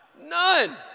None